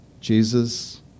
Jesus